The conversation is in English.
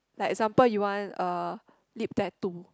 like example you want uh lip tattoo